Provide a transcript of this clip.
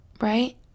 right